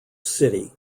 city